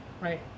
right